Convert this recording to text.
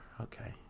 okay